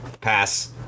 pass